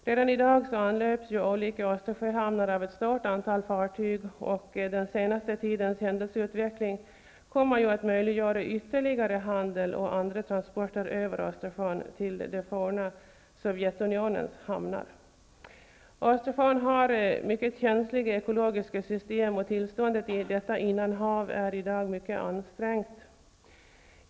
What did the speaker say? Redan i dag anlöps olika Östersjöhamnar av ett stort antal fartyg, och den senaste tidens händelseutveckling kommer att möjliggöra ytterligare handel och andra transporter över Östersjön har mycket känsliga ekologiska system, och tillståndet i detta innanhav är i dag mycket ansträngt.